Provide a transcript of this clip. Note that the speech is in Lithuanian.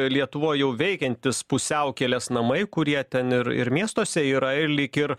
lietuvoj jau veikiantys pusiaukelės namai kurie ten ir ir miestuose yra ir lyg ir